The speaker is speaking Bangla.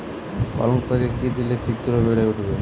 পালং শাকে কি দিলে শিঘ্র বেড়ে উঠবে?